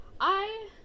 I-